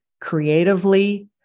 creatively